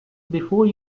before